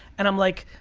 and i'm like,